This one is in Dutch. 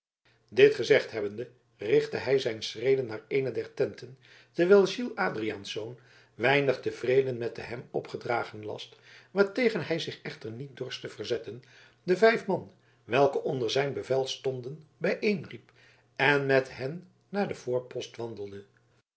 dit gezegd hebbende richtte hij zijn schreden naar eene der tenten terwijl gilles adriaansz weinig tevreden met den hem opgedragen last waartegen hij zich echter niet dorst te verzetten de vijf man welke onder zijn bevel stonden bijeenriep en met hen naar den voorpost wandelde